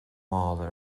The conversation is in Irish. mála